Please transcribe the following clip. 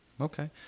okay